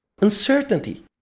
Uncertainty